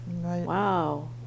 wow